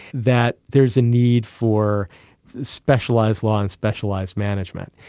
that there is a need for specialised law and specialised management.